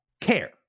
care